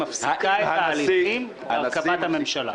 היא מפסיקה את ההליכים להרכבת הממשלה.